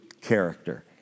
character